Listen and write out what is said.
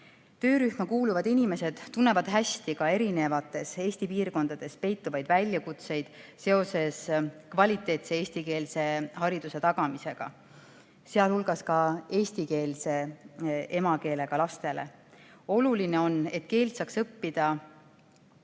Töörühma kuuluvad inimesed tunnevad hästi ka erinevates Eesti piirkondades peituvaid väljakutseid seoses kvaliteetse eestikeelse hariduse tagamisega, sh eesti emakeelega lastele. Oluline on, et keelt saaks õppida